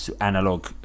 analog